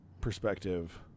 perspective